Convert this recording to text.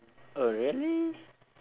oh really